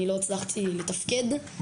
אני לא הצלחתי לתפקד,